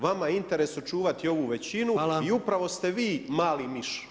Vama je interes sačuvati ovu većinu i upravo ste vi mali miš.